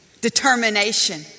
determination